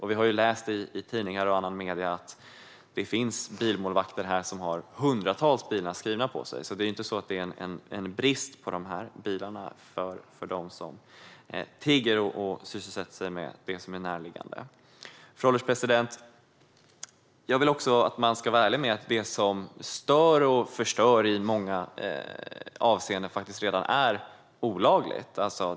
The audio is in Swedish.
Vi har läst i tidningarna och i andra medier att det finns bilmålvakter som har hundratals bilar skrivna på sig. Det är inte så att det råder en brist på dessa bilar för dem som tigger och sysselsätter sig med sådant som är närliggande. Fru ålderspresident! Jag vill också att man ska vara ärlig med att det som stör och förstör i många avseenden faktiskt redan är olagligt.